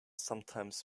sometimes